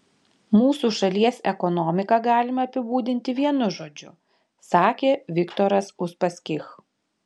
mūsų šalies ekonomiką galima apibūdinti vienu žodžiu sakė viktoras uspaskich